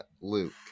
Luke